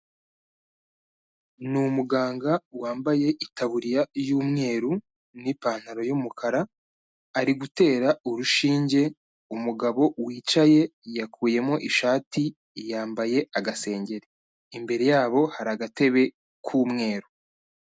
Ni umuganga wambaye itaburiya y'umweru, n'ipantaro y'umukara, ari gutera urushinge umugabo wicaye, yakuyemo ishati yambaye agasengeri, imbere yabo hari agatebe k'umweru.